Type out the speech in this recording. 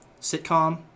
Sitcom